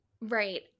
Right